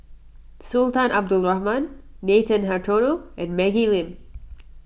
Sultan Abdul Rahman Nathan Hartono and Maggie Lim